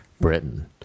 Britain